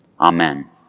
Amen